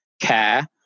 care